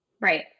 Right